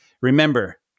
Remember